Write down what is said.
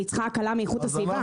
אני צריכה הקלה מאיכות הסביבה.